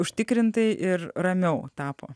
užtikrintai ir ramiau tapo